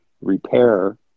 repair